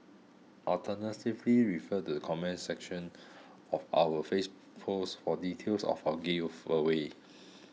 alternatively refer the comments section of our face post for details of our giveaway